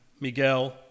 Miguel